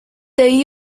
they